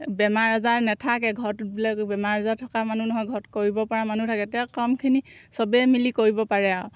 বেমাৰ আজাৰ নাথাকে ঘৰটোত বোলে বেমাৰ আজাৰ থকা মানুহ নহয় ঘৰত কৰিব পৰা মানুহ থাকে এতিয়া কমখিনি চবেই মিলি কৰিব পাৰে আৰু